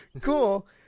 cool